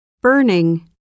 burning